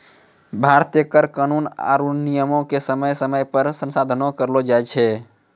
भारतीय कर कानून आरु नियमो के समय समय पे संसोधन करलो जाय छै